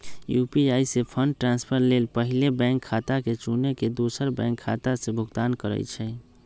UPI से fund transfer लेल पहिले बैंक खता के चुन के दोसर बैंक खता से भुगतान करइ छइ